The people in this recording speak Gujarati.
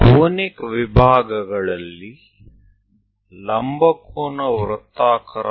શંકુ વિભાગોમાં આપણે ઘણી બધી વાતો શીખ્યા છીએ